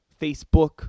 Facebook